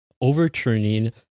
overturning